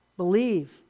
Believe